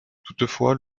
toutefois